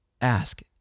ask